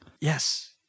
Yes